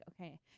okay